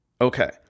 Okay